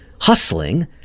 hustling